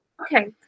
Okay